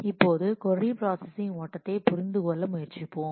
இப்போது கொர்ரி பிராஸஸிங் ஓட்டத்தைப் புரிந்து கொள்ள முயற்சிப்போம்